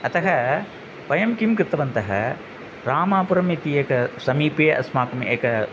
अतः वयं किं कृतवन्तः रामापुरम् इत्येकं समीपे अस्माकम् एकम्